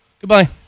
Goodbye